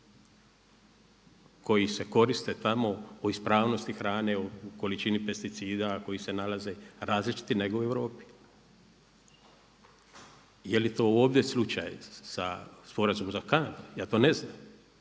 koji se koriste tamo, o ispravnosti hrane, o količini pesticida koji se nalaze različiti nego u Europi. Je li to ovdje slučaj sa sporazumom za Kanadu? Ja to ne znam.